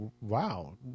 wow